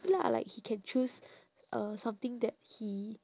lah like he can choose uh something that he